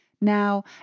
Now